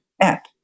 app